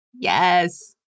Yes